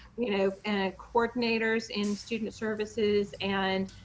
you know, and coordinators in student services. and